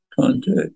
contact